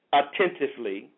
attentively